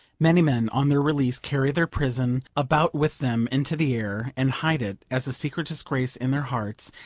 many men on their release carry their prison about with them into the air, and hide it as a secret disgrace in their hearts,